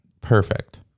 perfect